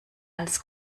als